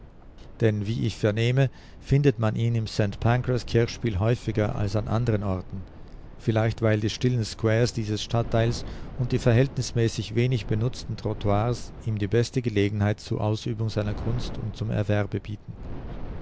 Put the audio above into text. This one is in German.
denn wie ich vernehme findet man ihn im st pancras kirchspiel häufiger als an andren orten vielleicht weil die stillen squares dieses stadtteils und die verhältnismäßig wenig benutzten trottoirs ihm die beste gelegenheit zu ausübung seiner kunst und zum erwerbe bieten